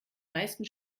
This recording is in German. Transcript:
meisten